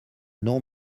non